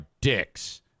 dicks